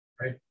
right